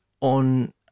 on